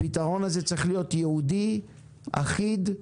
הפתרון הזה צריך להיות ייעודי, אחיד,